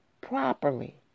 properly